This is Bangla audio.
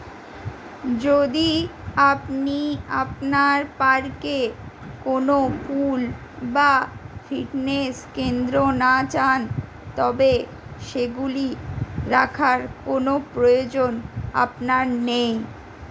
যদি আপনি আপনার পার্কে কোনো পুল বা ফিটনেস কেন্দ্র না চান তবে সেগুলি রাখার কোনো প্রয়োজন আপনার নেই